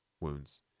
wounds